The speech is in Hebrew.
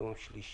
היום יום שלישי,